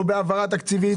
לא בהעברה תקציבים,